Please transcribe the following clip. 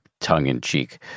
tongue-in-cheek